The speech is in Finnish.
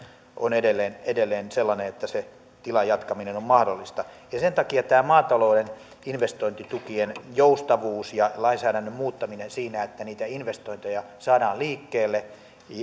on edelleen edelleen sellainen että se tilan jatkaminen on mahdollista sen takia tämä maatalouden investointitukien joustavuus ja lainsäädännön muuttaminen siinä että niitä investointeja saadaan liikkeelle